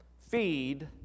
Feed